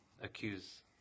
accuse